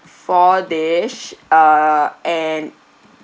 four dish uh and